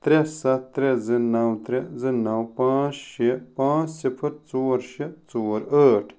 ترےٚ ستھ ترےٚ زٕ نَو ترےٚ زٕ نَو پانٛژھ شےٚ پانٛژھ صفر ژور شےٚ ژور ٲٹھ